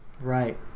right